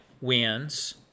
wins